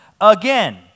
again